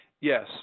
Yes